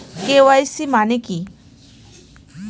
KYC মানে কি?